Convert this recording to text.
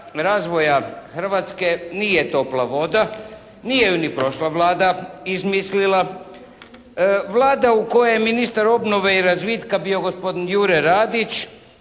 razvoja Hrvatske nije topla voda, nije ju ni prošla Vlada izmislila. Vlada u kojoj je ministar obnove i razvitka bio gospodin Jure Radić